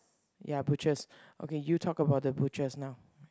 ya Butchers okay you talk about the Butchers now